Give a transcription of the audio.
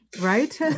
right